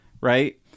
right